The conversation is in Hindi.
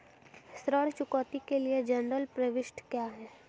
ऋण चुकौती के लिए जनरल प्रविष्टि क्या है?